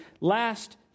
last